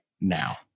now